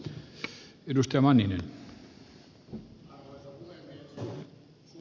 arvoisa puhemies